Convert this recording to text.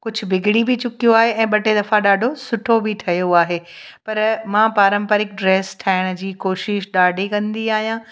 कुझु बिगिड़ी बि चुकियो आहे ऐं ॿ टे दफ़ा ॾाढो सुठो बि ठहियो आहे पर मां पारंपरिक ड्रेस ठाहिण जी कोशिश ॾाढी कंदी आहियां